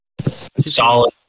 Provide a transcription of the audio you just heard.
solid